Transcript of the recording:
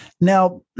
now